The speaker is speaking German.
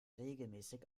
regelmäßig